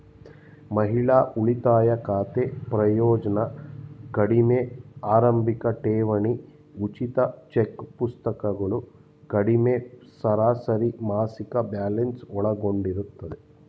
ಮಹಿಳಾ ಉಳಿತಾಯ ಖಾತೆ ಪ್ರಯೋಜ್ನ ಕಡಿಮೆ ಆರಂಭಿಕಠೇವಣಿ ಉಚಿತ ಚೆಕ್ಪುಸ್ತಕಗಳು ಕಡಿಮೆ ಸರಾಸರಿಮಾಸಿಕ ಬ್ಯಾಲೆನ್ಸ್ ಒಳಗೊಂಡಿರುತ್ತೆ